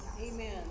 Amen